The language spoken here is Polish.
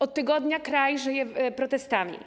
Od tygodnia kraj żyje protestami.